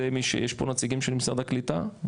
יש פה נציגים של משרד הקליטה והעלייה?